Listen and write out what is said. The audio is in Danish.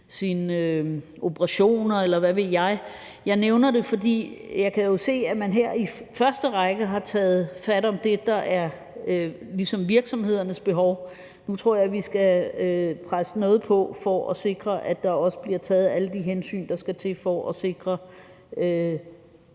sine operationer, eller hvad ved jeg. Jeg nævner det, fordi jeg jo kan se, at man her i første række ligesom har taget fat om det, der er virksomhedernes behov. Nu tror jeg, vi skal presse noget på for at sikre, at der også bliver taget alle de hensyn, der skal til for at sikre